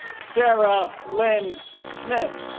sarah lyn smith